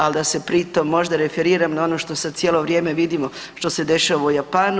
Ali da se pri tom možda referiram na ono što sad cijelo vrijeme vidimo, što se dešava u Japanu.